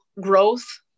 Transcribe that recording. growth